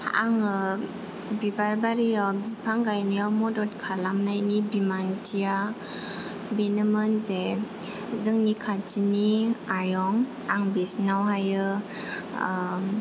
आङो बिबार बारिआव बिफां गायनायाव मदद खालामनायनि बिमानथिया बेनोमोन जे जोंनि खाथिनि आयं आं बिसिनाव हायो